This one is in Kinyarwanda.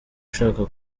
ushaka